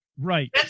Right